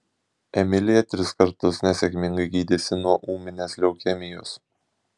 emilija tris kartus nesėkmingai gydėsi nuo ūminės leukemijos